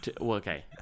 okay